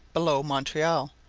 below montreal,